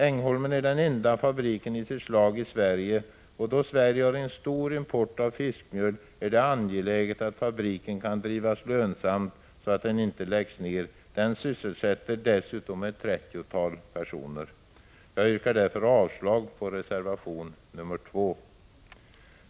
Ängholmen är den enda fabriken i sitt slag i Sverige, och då Sverige har en stor import av fiskmjöl är det angeläget att fabriken kan drivas lönsamt, så att den inte läggs ned. Den sysselsätter dessutom ett trettiotal personer. Jag yrkar därför avslag på reservation 2.